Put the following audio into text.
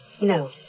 No